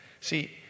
See